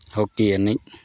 ᱦᱚᱸᱠᱤ ᱮᱱᱮᱡ